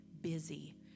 busy